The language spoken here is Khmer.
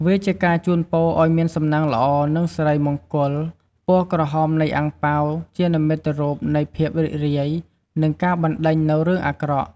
វាជាការជួនពរឲ្យមានសំណាងល្អនិងសិរីមង្គល ពណ៌ក្រហមនៃអាំងប៉ាវជានិមិត្តរូបនៃភាពរីករាយ និងការបណ្ដេញនូវរឿងអាក្រក់។